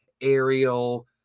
aerial